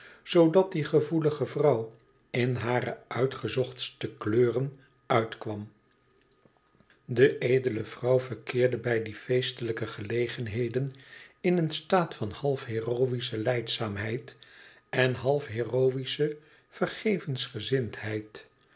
zoodat die gevoelige vrouw in hare uitgezochtste kleuren uitkwam de edele vrouw verkeerde bij die feestelijke gelegenheden in een staat van half heroïsche lijdzaamheid en half heroïsche